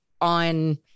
on